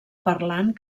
parlant